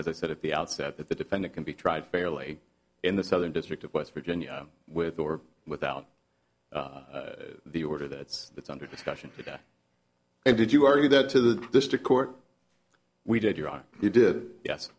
as i said at the outset that the defendant can be tried fairly in the southern district of west virginia with or without the order that it's under discussion i did you argue that to the district court we did hear i did yes